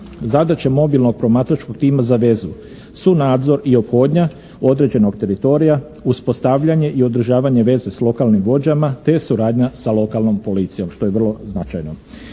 Zadaća mobilnog promatračkog tima za vezu, sunadzor i ophodnja određenog teritorija, uspostavljanje i održavanje veze s lokalnim vođama te suradnja sa lokalnom policijom što je vrlo značajno.